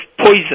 poison